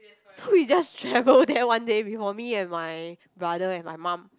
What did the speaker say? so we just travel there one day before me and my brother and my mum